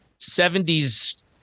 70s